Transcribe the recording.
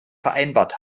vereinbart